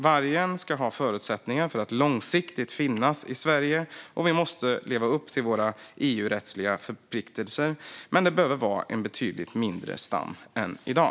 Vargen ska ha förutsättningar för att långsiktigt finnas i Sverige, och vi måste leva upp till våra EU-rättsliga förpliktelser. Men det behöver vara en betydligt mindre stam än i dag.